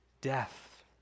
death